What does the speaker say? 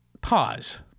pause